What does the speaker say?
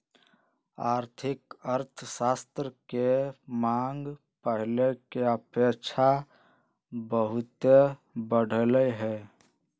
आर्थिक अर्थशास्त्र के मांग पहिले के अपेक्षा बहुते बढ़लइ ह